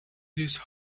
these